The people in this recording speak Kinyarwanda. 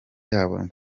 yabo